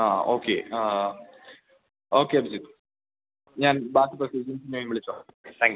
ആ ഓക്കെ ആ ആ ഓക്കെ അഭിജിത്ത് ഞാൻ ബാക്കി പ്രൊസീജ്യേസിന് വിളിച്ചുകൊള്ളാം താങ്ക് യൂ